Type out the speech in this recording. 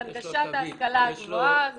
אבל הנגשת ההשכלה הגבוהה,